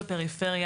והפקידים מתחלפים,